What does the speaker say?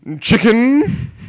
Chicken